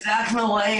את זה אנחנו רואים.